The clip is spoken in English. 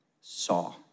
saw